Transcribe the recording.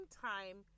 time